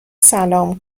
سلام